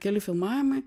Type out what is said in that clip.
keli filmavimai